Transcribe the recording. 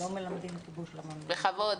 בכבוד.